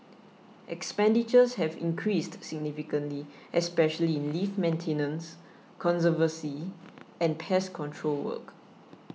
expenditures have increased significantly especially in lift maintenance conservancy and pest control work